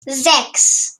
sechs